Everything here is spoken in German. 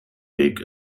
weg